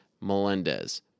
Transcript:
Melendez